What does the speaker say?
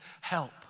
help